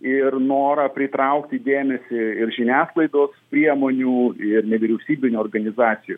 ir norą pritraukti dėmesį ir žiniasklaidos priemonių ir nevyriausybinių organizacijų